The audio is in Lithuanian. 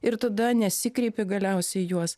ir tada nesikreipi galiausiai į juos